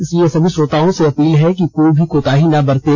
इसलिए सभी श्रोताओं से अपील है कि कोई भी कोताही ना बरतें